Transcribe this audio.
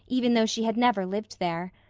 even though she had never lived there.